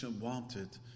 wanted